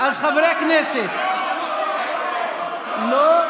אז חברי הכנסת, לא לא לא.